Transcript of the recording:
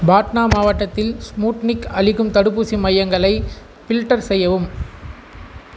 பாட்னா மாவட்டத்தில் ஸ்பூட்னிக் அளிக்கும் தடுப்பூசி மையங்களை ஃபில்டர் செய்யவும்